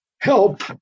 help